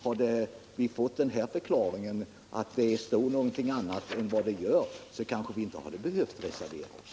Hade vi fått förklaringen att det egentligen står någonting annat än det gör, så kanske vi inte hade behövt avge någon reservation.